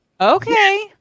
Okay